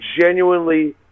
genuinely